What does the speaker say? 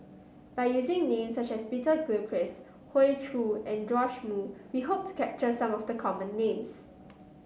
by using names such as Peter Gilchrist Hoey Choo and Joash Moo we hope to capture some of the common names